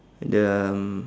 the